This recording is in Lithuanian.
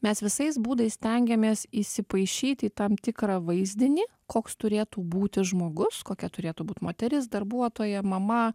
mes visais būdais stengiamės įsipaišyti į tam tikrą vaizdinį koks turėtų būti žmogus kokia turėtų būt moteris darbuotoja mama